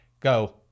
go